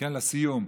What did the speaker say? כן, לסיום.